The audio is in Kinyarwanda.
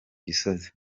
gisozi